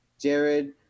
Jared